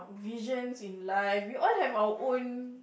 regions in life we all have our own